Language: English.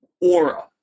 aura